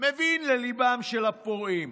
מבין לליבם של הפורעים,